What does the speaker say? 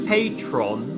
Patron